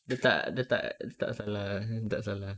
dia tak dia tak dia tak salah ah dia tak salah